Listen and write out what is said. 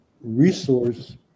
resource